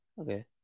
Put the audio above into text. Okay